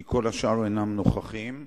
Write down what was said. כי כל השאר אינם נוכחים,